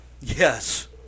Yes